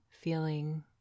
feeling